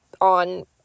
on